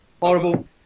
Horrible